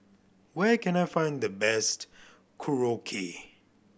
where can I find the best Korokke